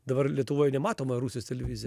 dabar lietuvoj nematoma rusijos televizija